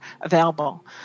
available